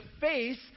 face